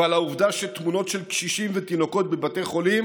על העובדה שתמונות של קשישים ותינוקות בבתי חולים